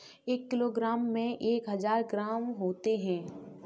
एक किलोग्राम में एक हजार ग्राम होते हैं